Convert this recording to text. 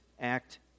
act